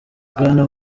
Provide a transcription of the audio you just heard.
bwana